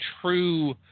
true